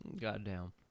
Goddamn